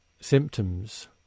symptoms